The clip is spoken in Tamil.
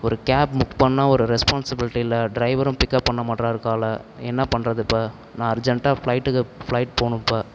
ஒரு கேப் புக் பண்ணால் ஒரு ரெஸ்பான்சிபிலிட்டி இல்லை ட்ரைவரும் பிக்அப் பண்ண மாட்டுறாரு காலை என்ன பண்ணுறது இப்போ நான் அர்ஜென்ட்டாக ஃப்ளைட்டுக்கு ஃப்ளைட் போகணும் இப்போ